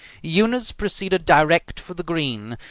eunice proceeded direct for the green.